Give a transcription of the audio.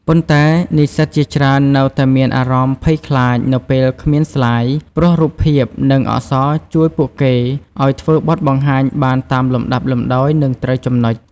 ប៉ុន្តែ និស្សិតជាច្រើននៅតែមានអារម្មណ៍ភ័យខ្លាចនៅពេលគ្មានស្លាយ ព្រោះរូបភាព និងអក្សរជួយពួកគេឱ្យធ្វើបទបង្ហាញបានតាមលំដាប់លំដោយ និងត្រូវចំណុច។